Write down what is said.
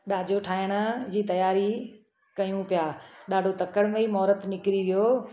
ॾाजो ठाहिण जी त्यारी कयूं पिया ॾाढो तकड़ में ई मोहरत निकरी वियो